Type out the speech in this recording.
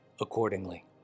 accordingly